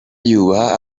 yubaha